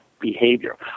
behavior